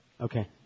Okay